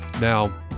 Now